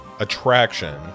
Attraction